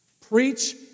Preach